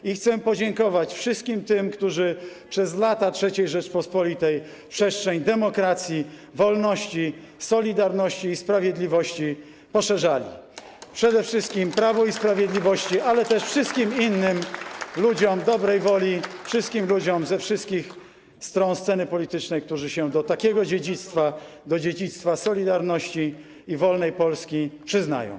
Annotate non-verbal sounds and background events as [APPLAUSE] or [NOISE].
I chcę podziękować wszystkim tym, którzy przez lata III Rzeczypospolitej przestrzeń demokracji, wolności, solidarności i sprawiedliwości poszerzali, [APPLAUSE] przede wszystkim Prawu i Sprawiedliwości, ale też wszystkim innym ludziom dobrej woli, [[Wesołość na sali]] wszystkim ludziom ze wszystkich stron sceny politycznej, którzy się do takiego dziedzictwa, dziedzictwa „Solidarności” i wolnej Polski, przyznają.